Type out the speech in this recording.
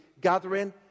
gathering